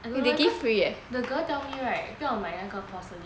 I don't know eh cause the girl tell me right 不要买哪个 porcelain